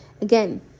Again